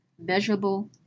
measurable